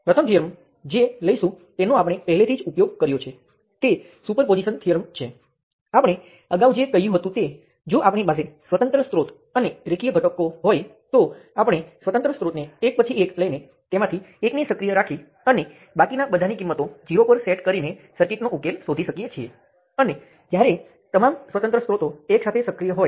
હવે જ્યારે હું સુપરપોઝિશન થિયર્મની ચર્ચા કરું છું ત્યારે મેં કહ્યું કે જો તમારી પાસે ઘણા બધાં સ્વતંત્ર સ્ત્રોત સાથેની સર્કિટ હોય અને બાકીના ઘટકો રેખીય હોય તે રેઝિસ્ટર અને નિયંત્રણ સ્ત્રોત છે